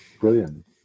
brilliant